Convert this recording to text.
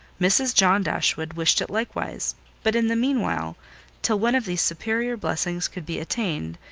mrs. john dashwood wished it likewise but in the mean while, till one of these superior blessings could be attained,